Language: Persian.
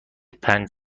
پنج